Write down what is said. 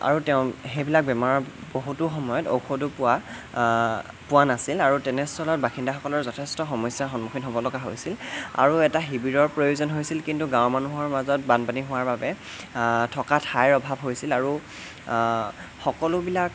আৰু তেওঁ সেইবিলাক বেমাৰৰ বহুতো সময়ত ঔষধো পোৱা পোৱা নাছিল আৰু তেনেস্থলত বাসিন্দাসকলৰ যথেষ্ট সমস্যাৰ সন্মুখীন হ'ব লগা হৈছিল আৰু এটা শিবিৰৰ প্ৰয়োজন হৈছিল কিন্তু গাঁৱৰ মানুহৰ মাজত বানপানী হোৱাৰ বাবে থকা ঠাইৰ অভাৱ হৈছিল আৰু সকলো বিলাক